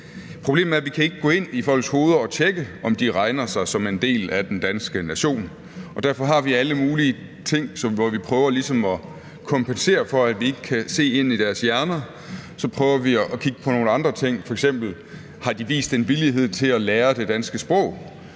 Problemet er, at vi ikke kan gå ind i folks hoveder og tjekke, om de regner sig som en del af den danske nation, og derfor har vi alle mulige ting for ligesom at prøve at kompensere for, at vi ikke kan se ind i deres hjerner. Derfor prøver vi at kigge på nogle andre ting: Har de vist en villighed til at lære det danske sprog,